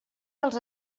dels